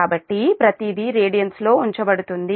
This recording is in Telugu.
కాబట్టి ప్రతిదీ రేడియన్స్ లో ఉంచబడుతుంది